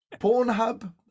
Pornhub